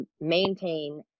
maintain